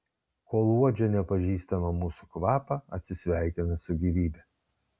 kol uodžia nepažįstamą mūsų kvapą atsisveikina su gyvybe